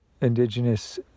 indigenous